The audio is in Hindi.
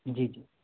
जी जी